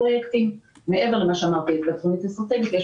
ומעבר לתוכנית האסטרטגית שציינתי יש